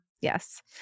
Yes